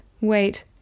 Wait